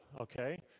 okay